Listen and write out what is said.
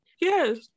Yes